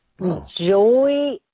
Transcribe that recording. Joy